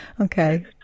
Okay